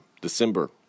December